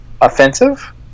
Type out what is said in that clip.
offensive